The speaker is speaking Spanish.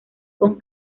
con